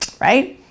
right